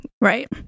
right